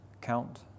count